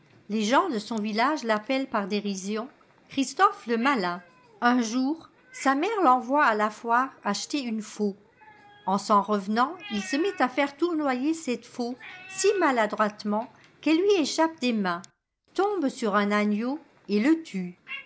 les gens de son village l'appellent par dérision christophe le malin un jour sa mère l'envoie à la foire acheter une faux en s'en revenant il se met à faire tournoyer cette faux si maladroitement qu'elle lui échappe des mains tombe sur un agneau et le tue